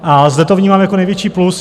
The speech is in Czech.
A zde to vnímám jako největší plus.